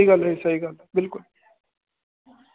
ਸਹੀ ਗੱਲ ਹੈ ਸਹੀ ਗੱਲ ਬਿਲਕੁਲ